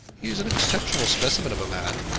he is an exceptional specimen of a man,